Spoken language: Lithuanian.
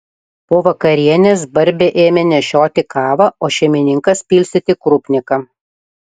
po vakarienės barbė ėmė nešioti kavą o šeimininkas pilstyti krupniką